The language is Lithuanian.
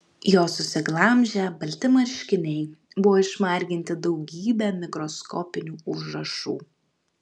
jo susiglamžę balti marškiniai buvo išmarginti daugybe mikroskopinių užrašų